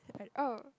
but oh